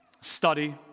Study